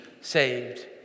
saved